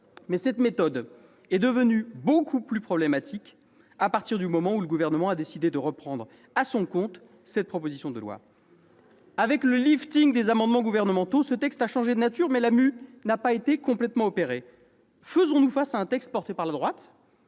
Mais cette méthode est devenue beaucoup plus problématique dès lors que le Gouvernement a décidé de reprendre à son compte cette proposition de loi. Avec le lifting des amendements gouvernementaux, ce texte a changé de nature, mais la mue n'a pas été complètement opérée. Faisons-nous face à un texte porté par la droite ?